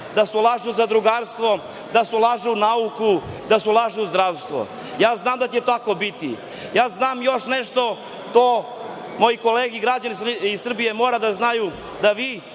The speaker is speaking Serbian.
da se ulaže u zadrugarstvo, da se ulaže u nauku, da se ulaže u zdravstvo. Ja znam da će tako biti. Ja znam još nešto što moje kolege i građani Srbije moraju da znaju, a to